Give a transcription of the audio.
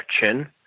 chin